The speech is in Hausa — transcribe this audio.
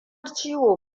ciwo